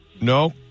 no